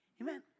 Amen